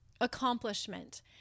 accomplishment